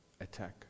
attack